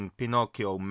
pinocchio